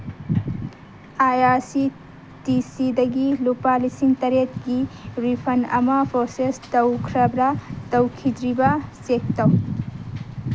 ꯑꯥꯏ R C T ꯁꯤꯗꯒꯤ ꯂꯨꯄꯥ ꯂꯤꯁꯤꯡ ꯇꯔꯦꯠꯀꯤ ꯔꯤꯐꯟ ꯑꯃ ꯄ꯭ꯔꯣꯁꯦꯁ ꯇꯧꯈ꯭ꯔꯕ꯭ꯔꯥ ꯇꯧꯈ꯭ꯔꯤꯗ꯭ꯔꯤꯕ ꯆꯦꯛ ꯇꯧ